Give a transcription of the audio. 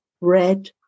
red